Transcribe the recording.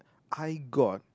I got